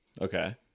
okay